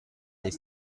des